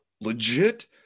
legit